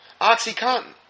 Oxycontin